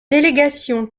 délégation